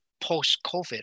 post-COVID